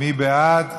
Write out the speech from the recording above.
מי בעד?